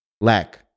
Lack